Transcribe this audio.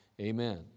amen